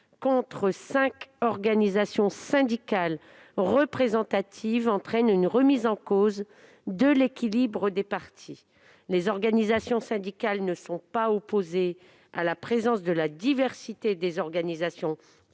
contre cinq organisations syndicales représentatives entraîne une remise en cause de l'équilibre des parties. Les organisations syndicales ne sont pas opposées à la prise en compte de la diversité des organisations patronales,